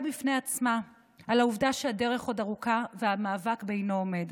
בפני עצמה על העובדה שהדרך עוד ארוכה והמאבק בעינו עומד.